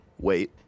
wait